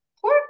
poor